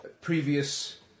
Previous